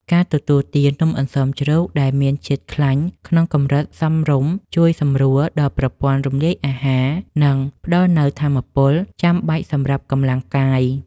ការទទួលទាននំអន្សមជ្រូកដែលមានជាតិខ្លាញ់ក្នុងកម្រិតសមរម្យជួយសម្រួលដល់ប្រព័ន្ធរំលាយអាហារ និង ផ្ដល់នូវថាមពលចាំបាច់សម្រាប់កម្លាំងកាយ។